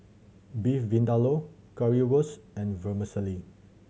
Beef Vindaloo Currywurst and Vermicelli